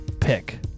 pick